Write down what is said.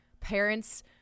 parents